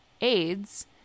AIDS